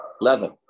leather